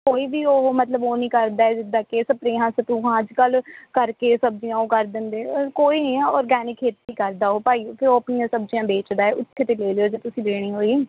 ਕੋਈ ਵੀ ਉਹ ਮਤਲਬ ਉਹ ਨਹੀਂ ਕਰਦਾ ਜਿੱਦਾਂ ਕਿ ਸਪਰੇਹਾਂ ਸਪਰੁਹਾਂ ਅੱਜ ਕੱਲ੍ਹ ਕਰਕੇ ਸਬਜ਼ੀਆਂ ਉਹ ਕਰ ਦਿੰਦੇ ਕੋਈ ਨਹੀਂ ਹੈ ਔਰਗੈਨਿਕ ਖੇਤੀ ਕਰਦਾ ਉਹ ਭਾਈ ਕਿਉਂਕਿ ਉਹ ਆਪਣੀਆਂ ਸਬਜ਼ੀਆਂ ਵੇਚਦਾ ਉੱਥੇ ਤੋਂ ਲੈ ਲਿਓ ਜੇ ਤੁਸੀਂ ਲੈਣੀ ਹੋਈ